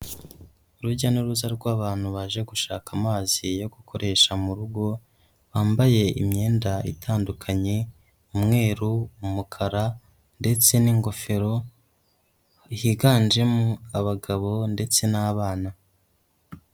Urujya n'uruza rw'abantu baje gushaka amazi yo gukoresha mu rugo, bambaye imyenda itandukanye umweru, umukara ndetse n'ingofero, higanjemo abagabo ndetse n'abana.